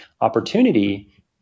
opportunity